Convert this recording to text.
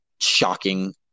shocking